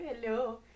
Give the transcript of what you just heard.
Hello